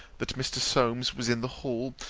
that mr. solmes was in the hall,